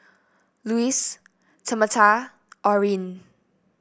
Luis Tamatha Orin